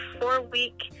four-week